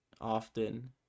often